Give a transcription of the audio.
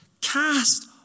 cast